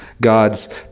God's